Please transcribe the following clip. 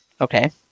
Okay